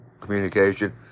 communication